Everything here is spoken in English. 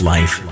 Life